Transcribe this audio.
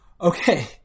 Okay